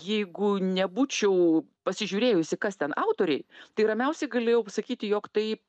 jeigu nebūčiau pasižiūrėjusi kas ten autoriai tai ramiausiai galėjau pasakyti jog tai